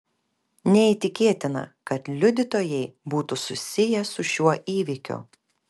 neįtikėtina kad liudytojai būtų susiję su šiuo įvykiu